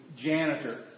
janitor